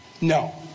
No